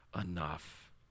enough